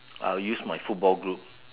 I'll use my football group